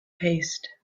paste